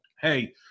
hey